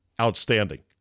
outstanding